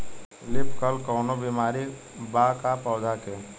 Leaf curl कौनो बीमारी बा का पौधा के?